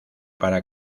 para